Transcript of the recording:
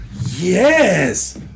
yes